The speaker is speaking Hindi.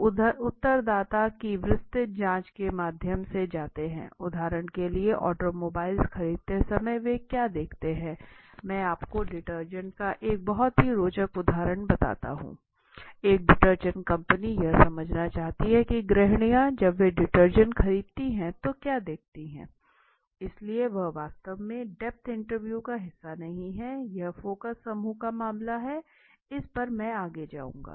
अब उत्तरदाता की विस्तृत जांच के माध्यम से जाते हैं उदाहरण के लिए ऑटोमोबाइल खरीदते समय वे क्या देखते हैं मैं आपको डिटर्जेंट का एक बहुत ही रोचक उदाहरण बताता हूं एक डिटर्जेंट कंपनी यह समझना चाहती थी कि गृहिणियां जब वे डिटर्जेंट खरीदती हैं तो क्या देखती हैं इसलिए यह वास्तव में डेप्थ इंटरव्यू का हिस्सा नहीं है यह फोकस समूह का मामला था इस पर मैं आगे जाऊंगा